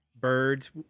birds